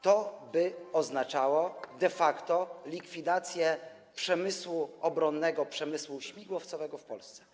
To oznaczałoby de facto likwidację przemysłu obronnego, przemysłu śmigłowcowego w Polsce.